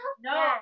No